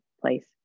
place